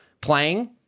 playing